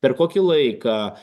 per kokį laiką